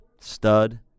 stud